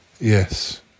Yes